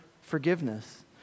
forgiveness